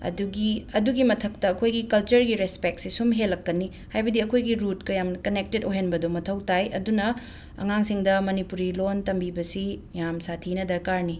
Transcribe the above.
ꯑꯗꯨꯒꯤ ꯑꯗꯨꯒꯤ ꯃꯊꯛꯇ ꯑꯩꯈꯣꯏꯒꯤ ꯀꯜꯆꯔꯒꯤ ꯔꯦꯁꯄꯦꯛꯁꯦ ꯁꯨꯝ ꯍꯦꯜꯂꯛꯀꯅꯤ ꯍꯥꯏꯕꯗꯤ ꯑꯩꯈꯣꯏꯒꯤ ꯔꯨꯠꯀ ꯌꯥꯝꯅ ꯀꯅꯦꯛꯇꯦꯠ ꯑꯣꯏꯍꯟꯕꯗꯣ ꯃꯊꯧ ꯇꯥꯏ ꯑꯗꯨꯅ ꯑꯉꯥꯡꯁꯤꯡꯗ ꯃꯅꯤꯄꯨꯔꯤ ꯂꯣꯟ ꯇꯝꯕꯤꯕꯁꯤ ꯌꯥꯝꯅ ꯁꯥꯊꯤꯅ ꯗꯔꯀꯥꯔꯅꯤ